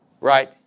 right